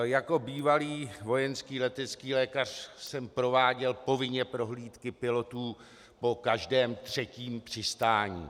Jako bývalý vojenský letecký lékař jsem prováděl povinně prohlídky pilotů po každém třetím přistání.